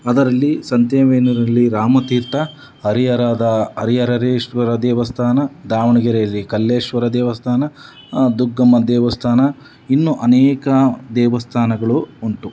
ಅದರಲ್ಲಿ ಸಂತೆಬೆನ್ನೂರಲ್ಲಿ ರಾಮತೀರ್ಥ ಹರಿಹರದ ಹರಿಹರರೇಶ್ವರ ದೇವಸ್ಥಾನ ದಾವಣಗೆರೆಯಲ್ಲಿ ಕಲ್ಲೇಶ್ವರ ದೇವಸ್ಥಾನ ದುಗ್ಗಮ್ಮ ದೇವಸ್ಥಾನ ಇನ್ನೂ ಅನೇಕ ದೇವಸ್ಥಾನಗಳು ಉಂಟು